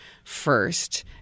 first